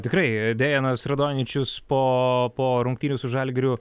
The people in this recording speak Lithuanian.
tikrai dejenas radoničius po po rungtynių su žalgiriu